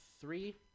three